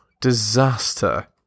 Disaster